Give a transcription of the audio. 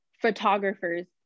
photographers